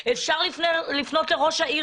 אפשר לפנות לראש העיר